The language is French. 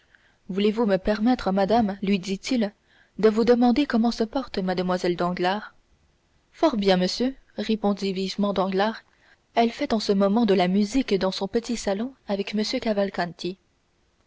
voulez-vous me permettre madame lui dit-il de vous demander comment se porte mlle danglars fort bien monsieur répondit vivement danglars elle fait en ce moment de la musique dans son petit salon avec